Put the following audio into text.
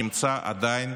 שנמצא עדיין